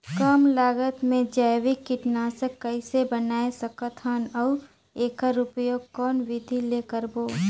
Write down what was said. कम लागत मे जैविक कीटनाशक कइसे बनाय सकत हन अउ एकर उपयोग कौन विधि ले करबो?